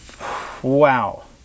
Wow